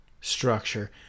structure